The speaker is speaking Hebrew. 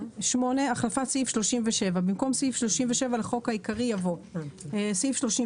החלפת סעיף 37 במקום סעיף 37 לחוק העיקרי יבוא: "קביעת